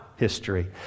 History